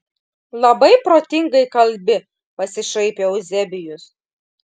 labai protingai kalbi pasišaipė euzebijus